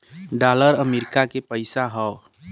dollar America के पइसा हौ